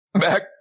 back